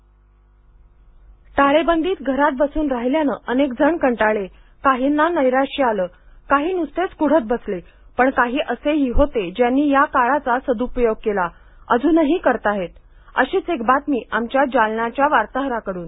टाळेबंदीत जोपासला छंद जालना टाळेबंदीत घरात बसून राहिल्यानं अनेकजण कंटाळले काहींना नैराश्य आलं काही नुसतेच कुढत बसले पण काही असेही होते ज्यांनी या काळाचा सद्पयोग केला अजूनही करताहेत अशीच एक बातमी आमच्या जालन्याच्या वार्ताहराकडून